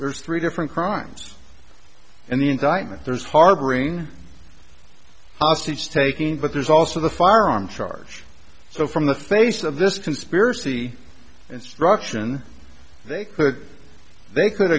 there's three different crimes and the indictment there is harboring hostage taking but there's also the firearm charge so from the face of this conspiracy instruction they could they could